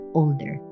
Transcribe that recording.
older